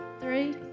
Three